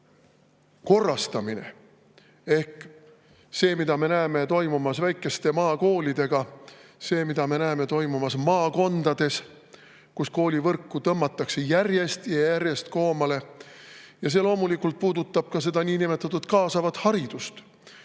korrastamine: see, mida me näeme toimumas väikeste maakoolidega, see, mida me näeme toimumas maakondades, kus koolivõrku tõmmatakse järjest ja järjest koomale. Ja see loomulikult puudutab ka seda niinimetatud kaasavat haridust,